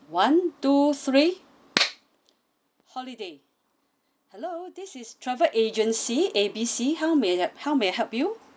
one two three holiday hello this is travel agency A B C how may how may I help you